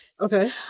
Okay